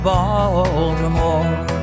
Baltimore